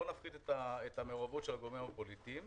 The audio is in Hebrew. בואו נפחית את המעורבות של הגורמים הפוליטיים,